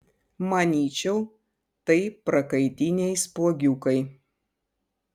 manyčiau tai prakaitiniai spuogiukai